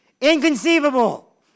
Inconceivable